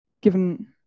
given